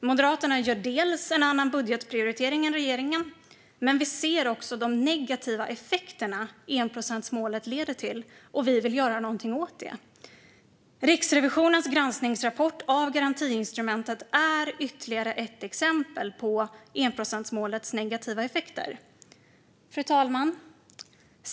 Bland annat gör Moderaterna en annan budgetprioritering än regeringen, men vi ser också de negativa effekter enprocentsmålet leder till - och vi vill göra något åt det. Riksrevisionens granskningsrapport om garantiinstrumentet är ytterligare ett exempel på enprocentsmålets negativa effekter. Fru talman!